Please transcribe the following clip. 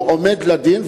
הוא עומד לדין,